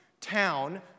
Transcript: town